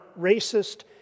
racist